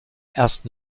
erst